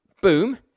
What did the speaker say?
boom